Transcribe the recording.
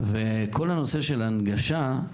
וכל הנושא של הנגשה,